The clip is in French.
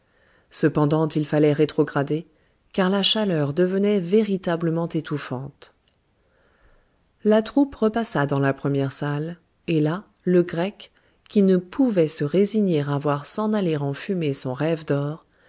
cependant il fallait rétrograder car la chaleur devenait véritablement étouffante la troupe repassa dans la première salle et là le grec qui ne pouvait se résigner à voir s'en aller en fumée son rêve d'or